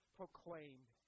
proclaimed